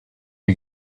you